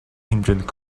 хэмжээнд